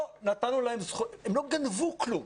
הם לא גנבו כלום,